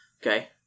Okay